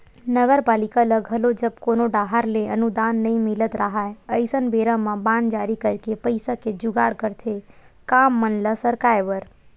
नगरपालिका ल घलो जब कोनो डाहर ले अनुदान नई मिलत राहय अइसन बेरा म बांड जारी करके पइसा के जुगाड़ करथे काम मन ल सरकाय बर